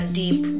deep